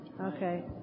Okay